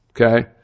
okay